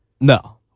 No